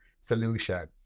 Solutions